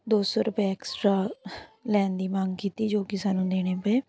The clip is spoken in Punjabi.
ਦੋ ਸੌ ਰੁਪਏ ਐਕਸਟਰਾ ਲੈਣ ਦੀ ਮੰਗ ਕੀਤੀ ਜੋ ਕਿ ਸਾਨੂੰ ਦੇਣੇ ਪਏ